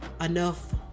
enough